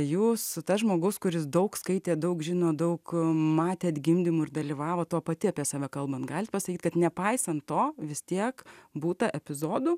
jūs tas žmogus kuris daug skaitė daug žino daug matėt gimdymų ir dalyvavot o pati apie save kalbant galit pasakyt kad nepaisant to vis tiek būta epizodų